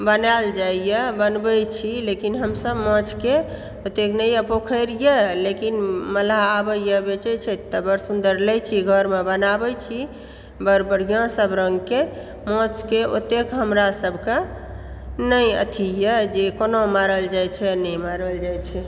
बनाएल जाय यऽ बनबै छी लेकिन हमसब माछ के ओतेक नहि यऽ पोखरि यऽ लेकिन मलाह आबै यऽ बेचै छै तऽ बहुत सुन्दर लै छी घर मे बनाबै छी बड़ बढ़िऑं सब रंग के माछ के ओतेक हमरा सब कऽ नहि अथी यऽ जे कोना मारल जाय छै आ नहि मारल जाय छै